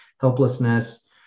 helplessness